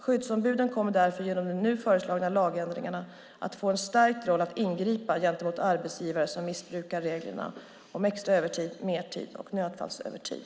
Skyddsombuden kommer därför genom de nu föreslagna lagändringarna att få en stärkt roll att ingripa gentemot arbetsgivare som missbrukar reglerna om extra övertid, mertid och nödfallsövertid.